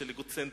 של אגוצנטריות,